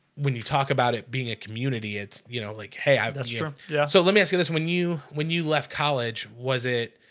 when you talk about it being a community, it's you know, like hey, i mean yeah so let me ask you this when you when you left college was it?